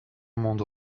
monde